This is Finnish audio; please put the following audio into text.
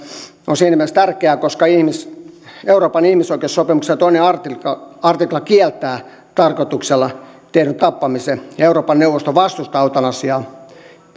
on siinä mielessä tärkeä koska euroopan ihmisoikeussopimuksen toinen artikla kieltää tarkoituksella tehdyn tappamisen ja euroopan neuvosto vastustaa eutanasiaa